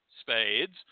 Spades